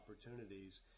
opportunities